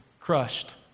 crushed